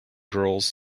girls